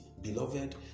Beloved